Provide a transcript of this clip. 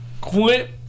quit